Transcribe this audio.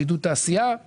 עידוד תעשיה,